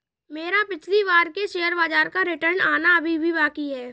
मेरा पिछली बार के शेयर बाजार का रिटर्न आना अभी भी बाकी है